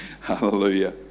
Hallelujah